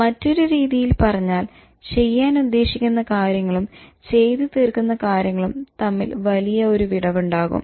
മറ്റൊരു രീതിയിൽ പറഞ്ഞാൽ ചെയ്യാൻ ഉദ്ദേശിക്കുന്ന കാര്യങ്ങളും ചെയ്ത് തീർക്കുന്ന കാര്യങ്ങളും തമ്മിൽ വലിയ ഒരു വിടവുണ്ടാകും